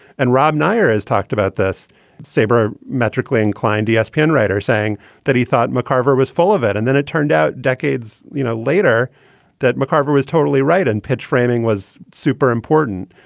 and rob nyers has talked about this saber metrically inclined espn writer saying that he thought mccarver was full of it. and then it turned out decades you know later that mccarver was totally right and pitch framing was super important.